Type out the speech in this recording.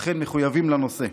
אכן מחויבים לנושא.